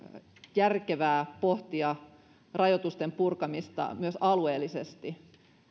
järkevää pohtia rajoitusten purkamista myös alueellisesti